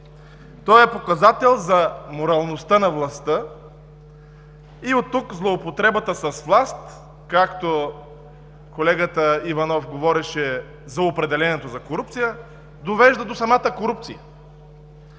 Той е показател за моралността на властта и от тук злоупотребата с власт, за която колегата Иванов говореше за определението за корупция, довежда до самата корупция.